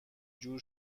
جور